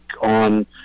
on